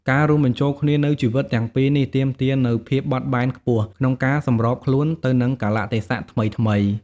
ការរួមបញ្ចូលគ្នានូវជីវិតទាំងពីរនេះទាមទារនូវភាពបត់បែនខ្ពស់ក្នុងការសម្របខ្លួនទៅនឹងកាលៈទេសៈថ្មីៗ។